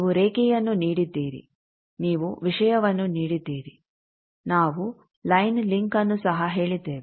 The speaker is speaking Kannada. ನೀವು ರೇಖೆಯನ್ನು ನೀಡಿದ್ದೀರಿ ನೀವು ವಿಷಯವನ್ನು ನೀಡಿದ್ದೀರಿ ನಾವು ಲೈನ್ ಲಿಂಕ್ಅನ್ನು ಸಹ ಹೇಳಿದ್ದೇವೆ